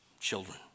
children